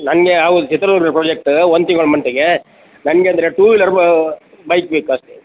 ನನಗೆ ಹೌದ್ ಚಿತ್ರದುರ್ಗ ಪ್ರಾಜೆಕ್ಟ್ ಒಂದು ತಿಂಗಳು ಮಟ್ಟಿಗೆ ನನಗೆ ಅಂದರೆ ಟು ವೀಲರ್ ಬೈಕ್ ಬೇಕು ಅಷ್ಟೇ